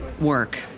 work